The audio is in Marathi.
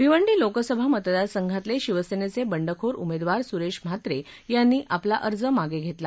भिवंडी लोकसभा मतदारसंघातले शिवसेनेचे बंडखोर उमेदवार सुरेश म्हात्रे यांनी आपला अर्ज आज मागे घेतला